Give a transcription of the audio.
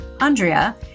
Andrea